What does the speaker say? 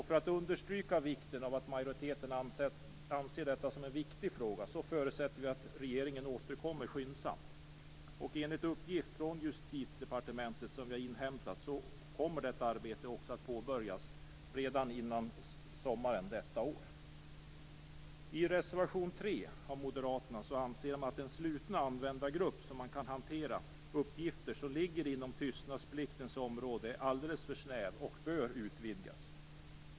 För att understryka att majoriteten anser detta som en viktig fråga har vi sagt att vi förutsätter att regeringen återkommer skyndsamt. Enligt uppgift som vi har inhämtat från Justitiedepartementet kommer detta arbete också att påbörjas redan före sommaren detta år. I reservation 3 av Moderaterna anser man att den slutna användargrupp som kan hantera uppgifter inom tystnadspliktens område är alldeles för snäv och bör utvidgas.